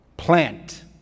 Plant